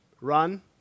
run